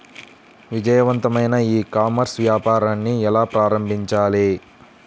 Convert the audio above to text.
విజయవంతమైన e commerce వ్యాపారాన్ని ఎలా ప్రారంభించాలి?